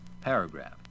Paragraph